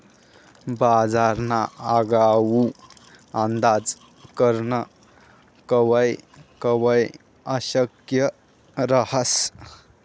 बजारना आगाऊ अंदाज करनं कवय कवय अशक्य रहास